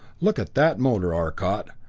look at that motor, arcot!